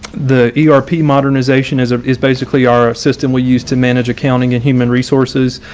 the yeah aarp modernization is ah is basically our system we use to manage accounting and human resources.